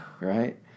right